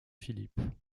philippe